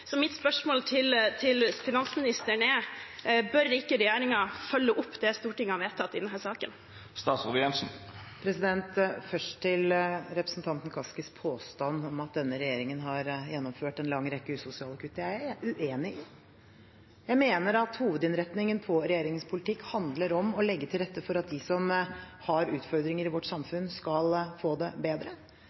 Mitt spørsmål til finansministeren er: Bør ikke regjeringen følge opp det Stortinget har vedtatt i denne saken? Først til representanten Kaskis påstand om at denne regjeringen har gjennomført en lang rekke usosiale kutt: Det er jeg uenig i. Jeg mener at hovedinnretningen på regjeringens politikk handler om å legge til rette for at de som har utfordringer i vårt samfunn, skal få det bedre.